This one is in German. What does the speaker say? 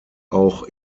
auch